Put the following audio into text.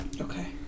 Okay